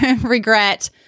Regret